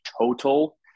total